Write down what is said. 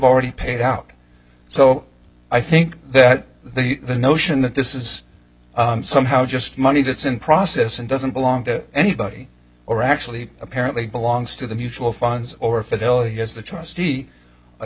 already paid out so i think that the the notion that this is somehow just money that's in process and doesn't belong to anybody or actually apparently belongs to the mutual funds or fidelity is the